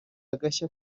agashya